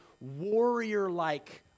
warrior-like